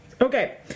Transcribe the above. Okay